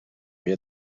wie